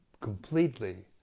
completely